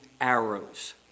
arrows